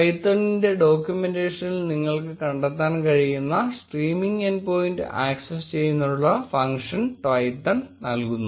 Twythonന്റെ ഡോക്യുമെന്റേഷനിൽ നിങ്ങൾക്ക് കണ്ടെത്താൻ കഴിയുന്ന സ്ട്രീമിംഗ് എൻഡ് പോയിന്റ് ആക്സസ് ചെയ്യുന്നതിനുള്ള ഫങ്ക്ഷൻ Twython നൽകുന്നു